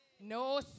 No